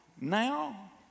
now